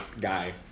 guy